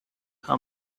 how